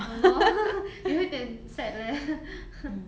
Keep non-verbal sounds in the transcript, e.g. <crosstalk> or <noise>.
!hannor! 有一点 sad leh <noise>